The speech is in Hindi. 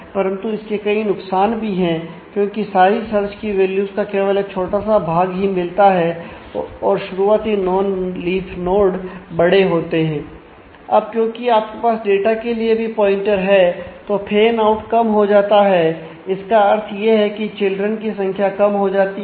अब क्योंकि आपके पास डाटा के लिए भी प्वाइंटर है तो फैन आउट की संख्या कम हो जाती है